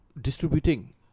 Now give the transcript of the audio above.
distributing